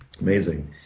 Amazing